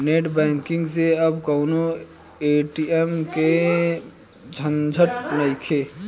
net banking से अब कवनो पेटीएम के झंझट नइखे